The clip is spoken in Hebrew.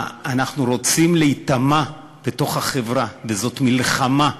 אנחנו רוצים להיטמע בתוך החברה, וזו מלחמה תמידית,